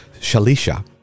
Shalisha